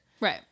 Right